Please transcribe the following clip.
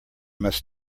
must